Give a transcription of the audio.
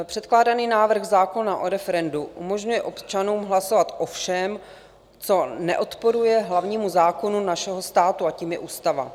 Předkládaný návrh zákona o referendu umožňuje občanům hlasovat o všem, co neodporuje hlavnímu zákonu našeho státu, a tím je ústava.